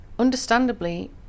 Understandably